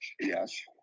Yes